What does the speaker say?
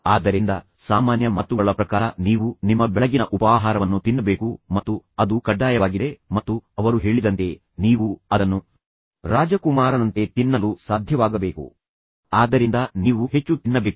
ಆದ್ದರಿಂದ ಸಾಮಾನ್ಯ ಮಾತುಗಳ ಪ್ರಕಾರ ನೀವು ನಿಮ್ಮ ಬೆಳಗಿನ ಉಪಾಹಾರವನ್ನು ತಿನ್ನಬೇಕು ಮತ್ತು ಅದು ಕಡ್ಡಾಯವಾಗಿದೆ ಮತ್ತು ಅವರು ಹೇಳಿದಂತೆ ನೀವು ಅದನ್ನು ರಾಜಕುಮಾರನಂತೆ ತಿನ್ನಲು ಸಾಧ್ಯವಾಗಬೇಕು ಆದ್ದರಿಂದ ನೀವು ಹೆಚ್ಚು ತಿನ್ನಬೇಕು